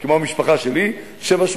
כמו המשפחה שלי שבעה,